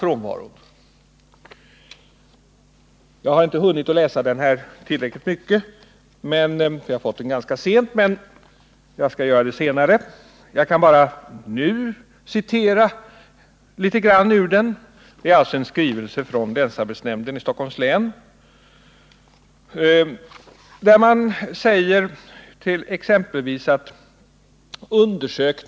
Jag har ännu inte hunnit läsa skrivelsen tillräckligt ingående, för jag har fått den ganska nyligen, men det skall jag göra senare. Den grundar sig på ett utredningsarbete inom länsarbetsnämnden i Stockholms län. Jag vill citera en del av vad som där sägs.